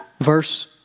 Verse